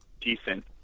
decent